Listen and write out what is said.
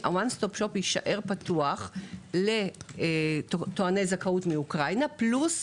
הוואן סטופ שופ יישאר פתוח לטועני זכאות מאוקראינה פלוס